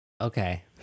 Okay